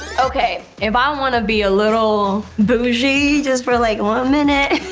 and okay, if i um want to be a little boujee, just for, like, one minute,